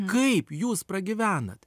kaip jūs pragyvenat